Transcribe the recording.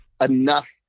enough